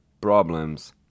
problems